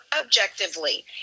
objectively